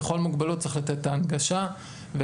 וככל מוגבלות צריך לתת את ההנגשה ואת